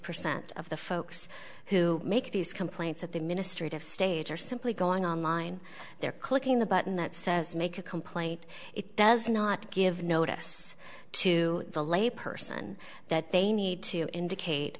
percent of the folks who make these complaints at the ministry of stage are simply going online they're clicking the button that says make a complaint it does not give notice to the lay person that they need to indicate